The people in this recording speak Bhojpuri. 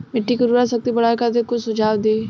मिट्टी के उर्वरा शक्ति बढ़ावे खातिर कुछ सुझाव दी?